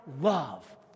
love